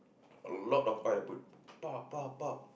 a lot of oil I put